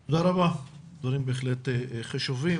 13:00 דיון משותף שיהיה לכם יותר זמן כמובן לדבר ולהשתתף,